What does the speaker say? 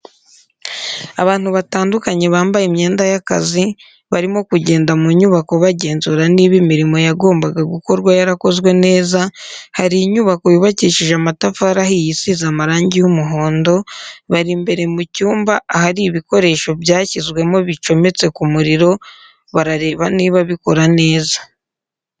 Abantu batandukanye bambaye imyenda y'akazi barimo kugenda mu nyubako bagenzura niba imirimo yagombaga gukorwa yarakozwe neza, hari inyubako yubakishije amatafari ahiye isize amarangi y'umuhondo, bari imbere mu cyumba ahari ibikoresho byashyizwemo bicometse ku muriro, barareba niba bikora neza.